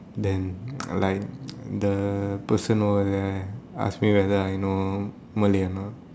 then like the person all that ask me whether I know Malay or not